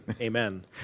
amen